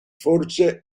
forse